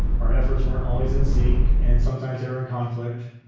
our efforts weren't always in sync, and sometimes they were in conflict.